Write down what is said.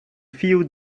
few